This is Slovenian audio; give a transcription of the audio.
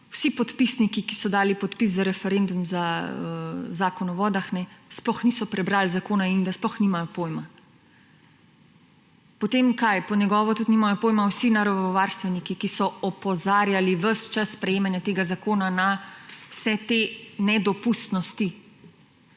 vsi podpisniki, ki so dali podpis za referendum za Zakon o vodah, sploh niso prebrali zakona in da sploh nimajo pojma. Potem – kaj? Po njegovo tudi nimajo pojma vsi naravovarstveniki, ki so opozarjali ves čas sprejemanja tega zakona na vse te nedopustnosti.